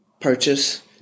purchase